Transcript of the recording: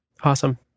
Awesome